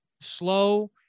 slow